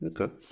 Okay